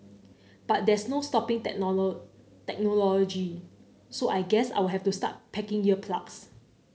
but there's no stopping technology so I guess I'll have to start packing ear plugs